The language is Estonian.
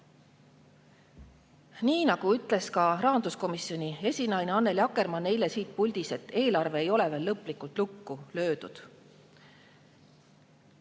Nii nagu ütles ka rahanduskomisjoni esinaine Annely Akkermann eile siit puldist: eelarve ei ole veel lõplikult lukku löödud,